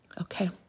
Okay